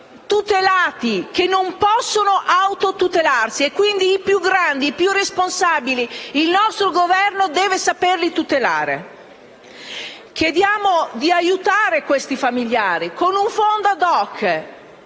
tutelati e di autotutelarsi. Quindi i più grandi, i più responsabili e il nostro Governo devono saperli tutelare. Chiediamo di aiutare quei familiari con un fondo *ad hoc*